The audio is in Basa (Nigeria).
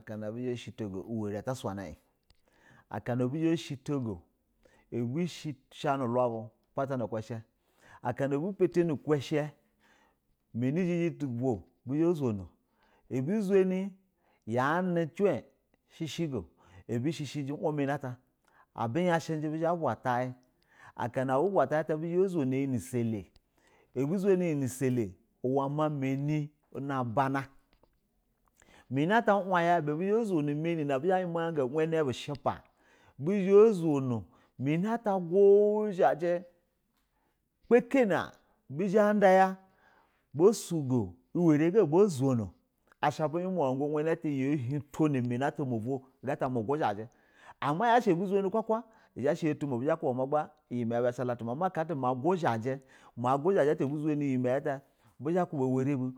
Akana buzha shɛ to go, aurɛ ata suna in, aka na abuzha shɛtɛ go abu abu shani ulaw bu pata ukushɛ akana a bu potari ukushɛ mani kumɛ to vuwo, abu zunɛ, yanɛ cin shɛ shɛ go, abu shɛ shɛ wan nani ata abu yashɛji buzha bwa tain, aka na abu bazonu in nɛ salɛ abu zunɛ in nɛ sala uwɛ ma manɛ na bana, manɛ ata way a ibɛ abu zha ba zono uwɛ nab u ushupa, bɛ zha zono manɛ ata guzhojɛ kpakɛ na bizha ba sugo bonzono uwɛri ga ba zono asha asha buyima guja mania ta ma hunto mugata mu guzhajɛ, ama abu zunɛ kuka izha shɛ yatu mo bizha ba ku bama iyi maya bu zhashɛ latumi ama aka ata ma guzhajɛ bɛ zha ba kuba uware bu